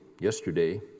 yesterday